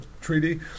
treaty